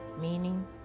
meaning